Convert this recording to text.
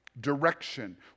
direction